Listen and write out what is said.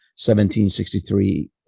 1763